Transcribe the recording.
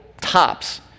tops